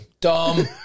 Dumb